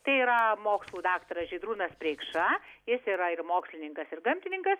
tai yra mokslų daktaras žydrūnas preikša jis yra ir mokslininkas ir gamtininkas